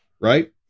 right